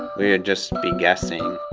we had just been guessing.